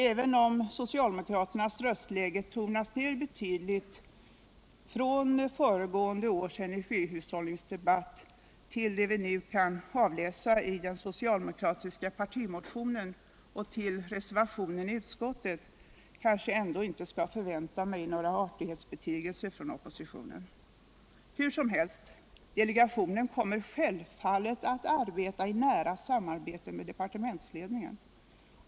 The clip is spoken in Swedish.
Även om socialdemokra Fredagen den ternas röstläge tonats ner betydligt från föregående års energihushållnings 26 maj 1978 debatt via den soctaldemokratiska partimotionen till reservationen I utskottet. Kanske jag ändå inte skall förvänta mig några artighetsbetygelser från Energisparplan oppositionen. Hur som helst — delegationen kommer självfallet att arbeta i för befintlig bebygnära samarbete med departementsledningen.